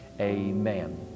Amen